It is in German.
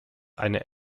eine